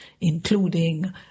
including